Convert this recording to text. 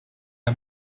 are